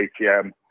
ATM